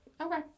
Okay